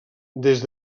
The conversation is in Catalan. des